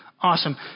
Awesome